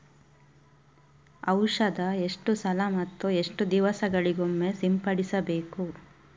ಔಷಧ ಎಷ್ಟು ಸಲ ಮತ್ತು ಎಷ್ಟು ದಿವಸಗಳಿಗೊಮ್ಮೆ ಸಿಂಪಡಿಸಬೇಕು?